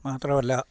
മാത്രമല്ല